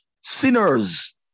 sinners